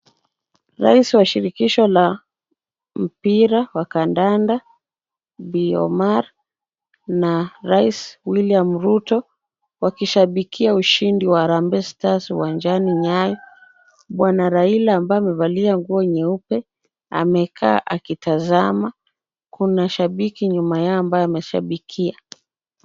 Rais wa shirikisho la mpira wa kandanda Bi Omar na rais William Ruto, wakishabikia ushindi wa Harambee Stars wanjani Nyayo. Bwana Raila ambaye amevalia nguo nyeupe, amekaa akitazama. Kuna shabiki nyuma yao ambaye anashabikia.